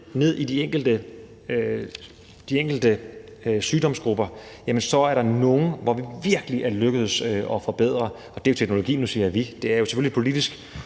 ned i de enkelte sygdomsgrupper, er, at der er nogle, hvor det virkelig er lykkedes at forbedre overlevelsen. Nu siger jeg vi, men det er jo selvfølgelig politisk,